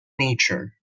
nature